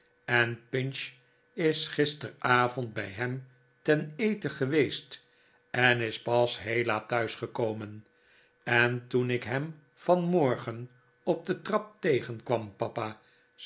en pinch is gisterenavond bij hem ten eten geweest en is pas heel laat thuis gekomen en toen ik hem vanmorgen op de trap tegenkwam papa